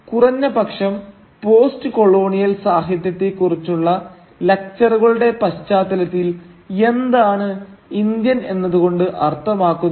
കുറഞ്ഞ പക്ഷം post colonial സാഹിത്യത്തെക്കുറിച്ചുള്ള ലക്ച്ചറുകളുടെ പശ്ചാത്തലത്തിൽ എന്താണ് ഇന്ത്യൻ എന്നതു കൊണ്ട് അർത്ഥമാക്കുന്നത്